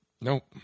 Nope